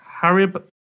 Harib